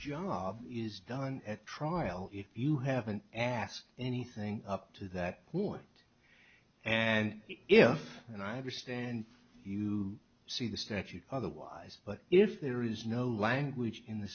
job is done at trial if you haven't asked anything up to that point and if and i understand you see the statute otherwise but if there is no language in the